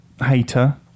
hater